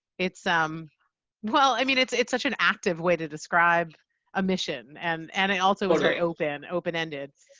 it's. um well i mean it's it's such an active way to describe a mission and and it also is very open open-ended.